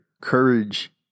Courage